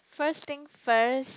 first thing first